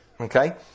Okay